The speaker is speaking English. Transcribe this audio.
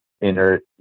inert